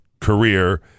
career